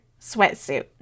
sweatsuit